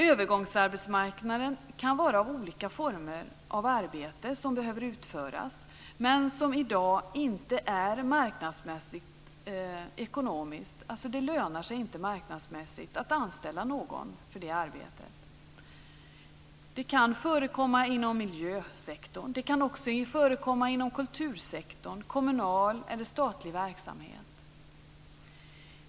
Övergångsarbetsmarknaden kan vara olika former av arbete som behöver utföras, men som det i dag inte lönar sig marknadsmässigt att anställa någon för att göra. Det kan förekomma inom miljösektorn. Det kan också förekomma inom kultursektorn, i kommunal eller statlig verksamhet.